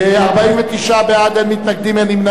49 בעד, אין מתנגדים, אין נמנעים.